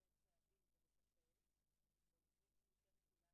כך עשינו גם בחקיקת העבודה שבה יש כבר פיצויים עונשיים,